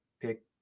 pick